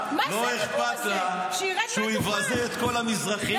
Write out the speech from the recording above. "ממשלה שפוגעת באיזונים הדתיים והחברתיים"?